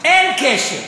אמרתי לו משהו.